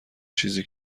چیزی